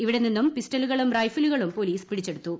ഇവിടെ നിന്നും പിസ്റ്റളുകളും റൈഫിളുകളും പോലീസ് പിടിച്ചെടുത്തു